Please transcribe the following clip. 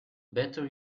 better